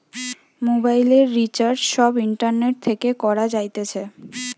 মোবাইলের রিচার্জ সব ইন্টারনেট থেকে করা যাইতেছে